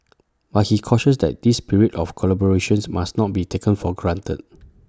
but he cautioned that this spirit of collaborations must not be taken for granted